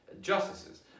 justices